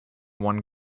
one